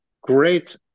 great